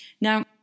Now